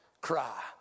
cry